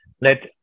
Let